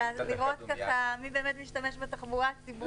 ולראות מי משתמש בתחבורה הציבורית.